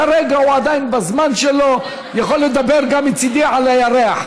כרגע הוא עדיין בזמן שלו והוא יכול לדבר מצידי גם על הירח.